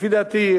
לפי דעתי,